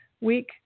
week